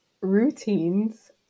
routines